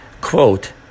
quote